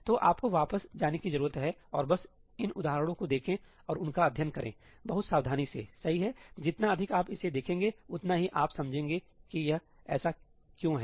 तो आपको वापस जाने की जरूरत है और बस इन उदाहरणों को देखें और उनका अध्ययन करें बहुत सावधानी से सही है जितना अधिक आप इसे देखेंगे उतना ही आप समझेंगे कि यह ऐसा क्यों है